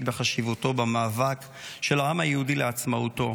בחשיבותו במאבק של העם היהודי לעצמאותו.